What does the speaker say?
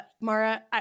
Mara